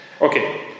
Okay